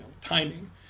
timing